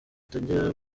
butangira